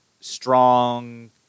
strong